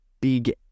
big